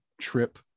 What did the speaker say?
trip